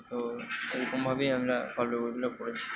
তো এরকমভাবেই আমরা গল্পের বইগুলো পড়েছি